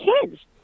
kids